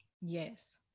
Yes